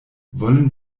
wollen